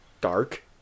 dark